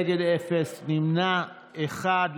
נגד, אפס, נמנע אחד.